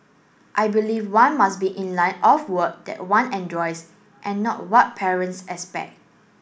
I believe one must be in line of work that one enjoys and not what parents expect